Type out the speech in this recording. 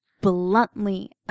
bluntly